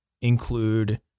include